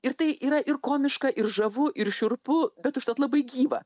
ir tai yra ir komiška ir žavu ir šiurpu bet užtat labai gyva